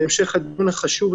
בהמשך לדיון החשוב,